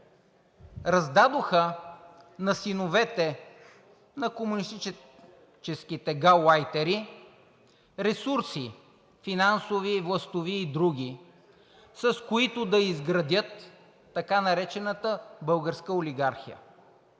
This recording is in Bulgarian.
раздадоха на синовете на комунистическите гаулайтери ресурси – финансови, властови и други, с които да изградят така наречената българска олигархия.